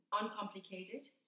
uncomplicated